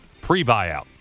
Pre-buyout